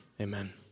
Amen